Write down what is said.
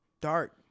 dark